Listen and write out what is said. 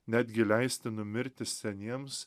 netgi leisti numirti seniems